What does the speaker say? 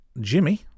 Jimmy